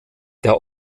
der